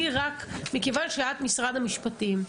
מכיוון שאת משרד המשפטים,